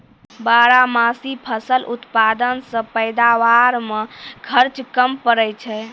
बारहमासी फसल उत्पादन से पैदावार मे खर्च कम पड़ै छै